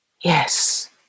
Yes